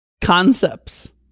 Concepts